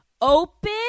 Open